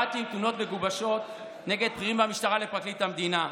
באתי עם תלונות מגובשות נגד בכירים במשטרה לפרקליט המדינה,